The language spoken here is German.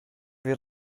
wir